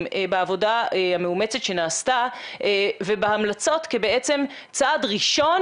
בעבודה המאומצת שנעשתה ובהמלצות כבעצם צעד ראשון,